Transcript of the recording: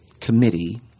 committee